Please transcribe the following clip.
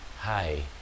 Hi